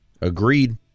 agreed